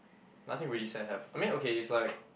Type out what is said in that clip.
nothing really sad happen I mean okay is like